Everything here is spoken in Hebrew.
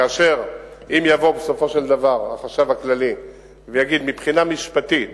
כאשר אם יבוא בסופו של דבר החשב הכללי ויגיד: מבחינה משפטית